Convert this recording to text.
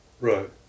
Right